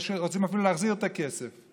שרוצים אפילו להחזיר את הכסף,